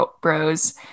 bros